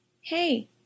hey